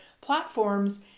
platforms